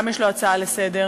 גם לו יש הצעה לסדר-היום.